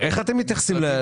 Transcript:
איך אתם מתייחסים לזה?